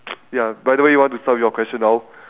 ya by the way you want to start your question now